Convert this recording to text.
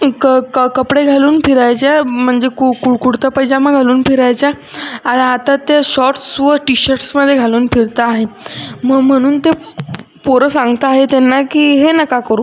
क क कपडे घालून फिरायच्या म्हणजे कु कु कुडता पैजामा घालून फिरायच्या आहे आता त्या शॉट्स व टीशर्ट्समध्ये घालून फिरता आहेत म्ह म्हणून ते पोरं सांगताहेत त्यांना की हे नका करू